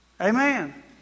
Amen